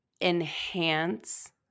enhance